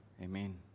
Amen